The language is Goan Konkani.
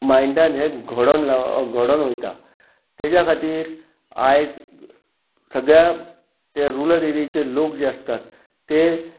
मायंडान हें घडोवन ला घडोवन वयता तेज्या खातीर आयज सगळ्या ते रुरल एरियेचे लोक जे आसतात ते